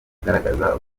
agaragaza